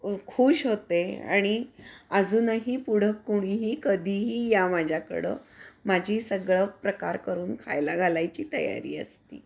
खूष होते आणि अजूनही पुढं कुणीही कधीही या माझ्याकडं माझी सगळं प्रकार करून खायला घालायची तयारी असती